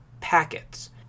packets